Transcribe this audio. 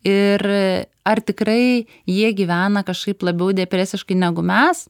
ir ar tikrai jie gyvena kažkaip labiau depresiškai negu mes